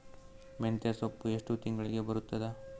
ಮೆಂತ್ಯ ಸೊಪ್ಪು ಎಷ್ಟು ತಿಂಗಳಿಗೆ ಬರುತ್ತದ?